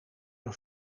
een